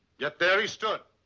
yet, there he stood,